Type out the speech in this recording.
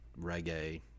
reggae